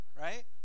right